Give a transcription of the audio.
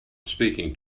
speaking